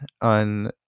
on